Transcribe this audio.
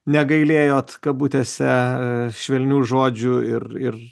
negailėjot kabutėse švelnių žodžių ir ir